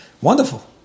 Wonderful